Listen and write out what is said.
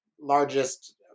largest